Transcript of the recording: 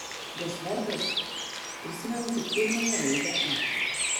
jos vardas prisimenu tik pirmąją raidę a